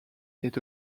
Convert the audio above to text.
est